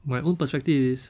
my own perspective is